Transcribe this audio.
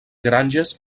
granges